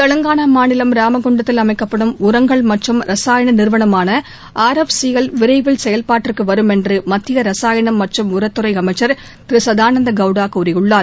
தெலுங்கானா மாநிலம் ராமகுண்டத்தில் அமைக்கப்படும் உரங்கள் மற்றும் ரசாயன நிறுவனமான ஆர்எப்சிஎல் விரைவில் செயல்பாட்டுக்கு வரும் என்று மத்திய ரசாயளம் மற்றும் உரத்துறை அமைச்சர் திரு சதானந்த கவுடா கூறியுள்ளார்